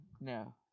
No